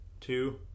two